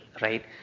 right